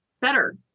better